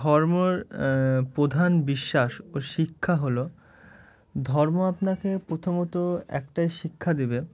ধর্মর প্রধান বিশ্বাস ও শিক্ষা হলো ধর্ম আপনাকে প্রথমত একটাই শিক্ষা দেবে